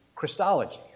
Christology